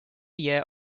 year